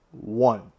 one